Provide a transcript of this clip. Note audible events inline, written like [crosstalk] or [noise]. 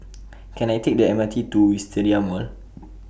[noise] Can I Take The M R T to Wisteria Mall